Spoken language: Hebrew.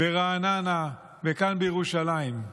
ברעננה, וכאן בירושלים: